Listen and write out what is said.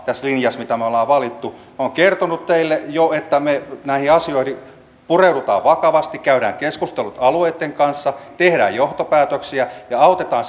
tässä linjassa minkä me olemme valinneet jotakin tarkastettavaa minä olen kertonut teille jo että me näihin asioihin pureudumme vakavasti käymme keskustelut alueitten kanssa teemme johtopäätöksiä ja autamme